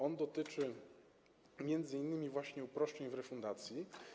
On dotyczy m.in. właśnie uproszczeń w refundacji.